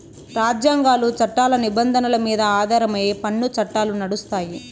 రాజ్యాంగాలు, చట్టాల నిబంధనల మీద ఆధారమై పన్ను చట్టాలు నడుస్తాయి